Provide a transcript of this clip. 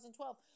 2012